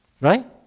Right